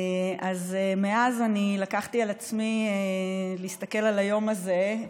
מאז לקחתי על עצמי להסתכל על היום הזה,